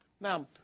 Now